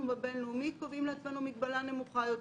אנחנו בבינלאומי קובעים לעצמנו מגבלה נמוכה יותר,